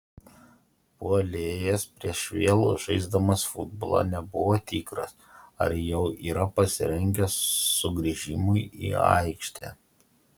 puolėjas prieš vėl žaisdamas futbolą nebuvo tikras ar jau yra pasirengęs sugrįžimui į aikštę